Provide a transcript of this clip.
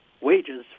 wages